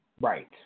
Right